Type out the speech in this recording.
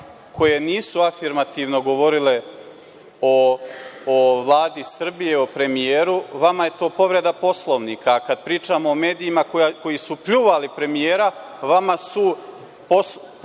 koji nisu afirmativno govorili o Vladi Srbije, o premijeru, vama je to povreda Poslovnika, a kada pričamo o medijima koji su pljuvali premijera, vama su poslovnici